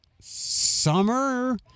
summer